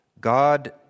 God